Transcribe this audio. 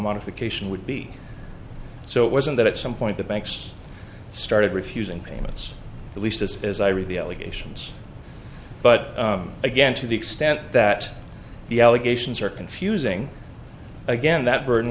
modification would be so it wasn't that at some point the banks started refusing payments at least as as i read the allegations but again to the extent that the allegations are confusing again that bur